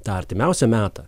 tą artimiausią metą